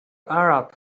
arab